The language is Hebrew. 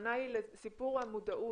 הכוונה היא לסיפור המודעות,